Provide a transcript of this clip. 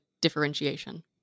differentiation